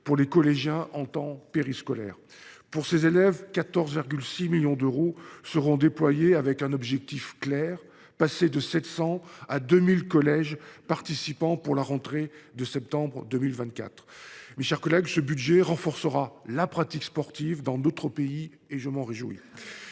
pour les collégiens sur le temps périscolaire. Pour ces élèves, 14,6 millions d’euros seront déployés dans un objectif clair : passer de 700 à 2 000 collèges participants à la rentrée de septembre 2024. Mes chers collègues, ce budget renforcera la pratique sportive dans notre pays ; je m’en réjouis.